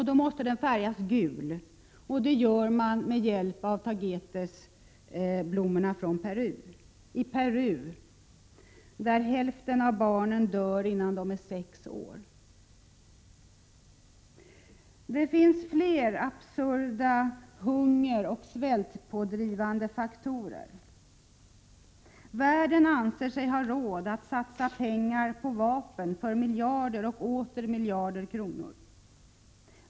Den måste då färgas gul, och det gör man med hjälp av Perus tagetesblommor. I Peru — där hälften av barnen dör innan de är sex år! Det finns flera absurda hungeroch svältpådrivande faktorer. Världen anser sig ha råd att satsa pengar på vapen för miljarder och åter miljarder kronor.